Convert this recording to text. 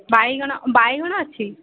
ବାଇଗଣ ବାଇଗଣ ଅଛି